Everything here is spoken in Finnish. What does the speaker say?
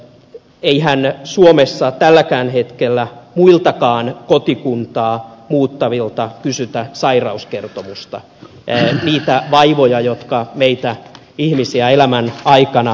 eihän suomessa tälläkään hetkellä muiltakaan kotikuntaa vaihtavilta kysytä sairauskertomusta tietoa niistä vaivoista jotka meitä ihmisiä elämän aikana kohtaavat